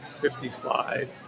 50-slide